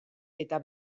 eta